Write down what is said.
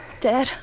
Dad